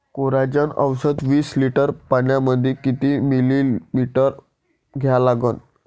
Coragen औषध विस litre पंपामंदी किती मिलीमिटर घ्या लागन?